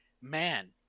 man